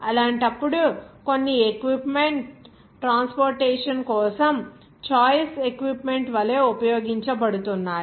అలాంటప్పుడు కొన్ని equipment transportation కోసం ఛాయస్ ఎక్విప్మెంట్ వలె ఉపయోగించబడుతున్నాయి